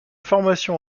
formation